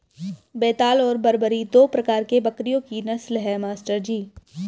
बेताल और बरबरी दो प्रकार के बकरियों की नस्ल है मास्टर जी